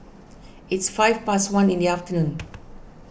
its five past one in the afternoon